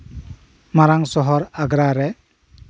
ᱟᱨᱟᱝ ᱥᱚᱦᱚᱨ ᱟᱜᱽᱨᱟ ᱨᱮ